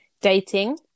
dating